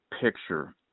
picture